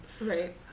right